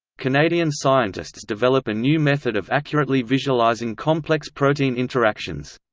canadian scientists develop a new method of accurately visualising complex protein interactions.